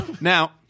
now